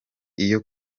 iyo